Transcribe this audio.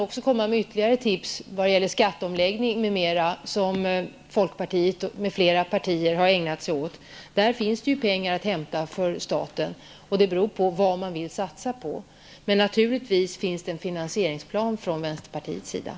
Inom ramen för den skatteomläggning som folkpartiet och andra partier har ägnat sig åt finns det också pengar för staten att hämta. Det är också ett tips. Det beror på vad man vill satsa på. Men naturligtvis har vänsterpartiet en finansieringsplan.